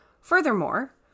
furthermore